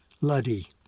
Luddy